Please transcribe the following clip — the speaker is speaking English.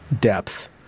depth